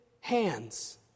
hands